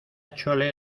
chole